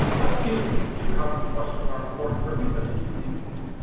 hud feels these two housing questions are important for at least a few reasons.